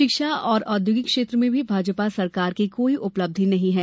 शिक्षा और औद्योगिक क्षेत्र में भी भाजपा सरकार की कोई उपलब्धि नही है